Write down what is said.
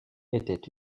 était